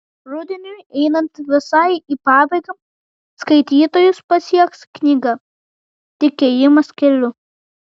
rudeniui einant visai į pabaigą skaitytojus pasieks knygą tik ėjimas keliu